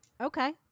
okay